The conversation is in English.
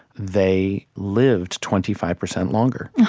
they lived twenty five percent longer